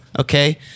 Okay